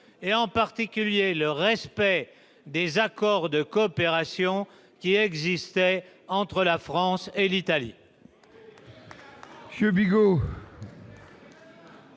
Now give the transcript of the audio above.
et, en particulier, de respecter les accords de coopération qui existent entre la France et l'Italie.